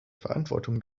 verantwortung